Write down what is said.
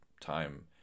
time